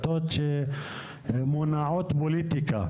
שהן מונעות פוליטיקה,